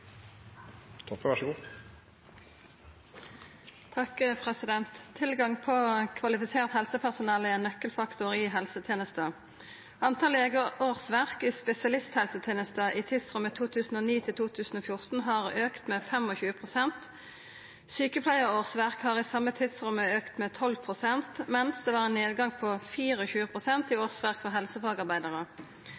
på kvalifisert helsepersonell er ein nøkkelfaktor i helsetenesta. Antall legeårsverk i spesialisthelsetenesta i tidsrommet 2009–2014 har auka med 25 prosent, sjukepleieårsverk har i same tidsrommet auka med 12 prosent medan det var nedgang på 24 prosent i